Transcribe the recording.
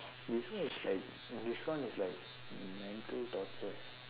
this one is like this one is like mental torture